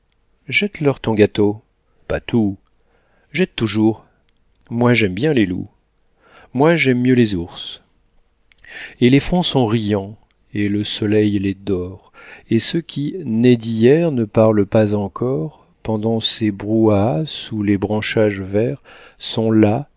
jette leur ton gâteau pas tout jette toujours moi j'aime bien les loups moi j'aime mieux les ours et les fronts sont riants et le soleil les dore et ceux qui nés d'hier ne parlent pas encore pendant ces brouhahas sous les branchages verts sont là